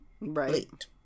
Right